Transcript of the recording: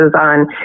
on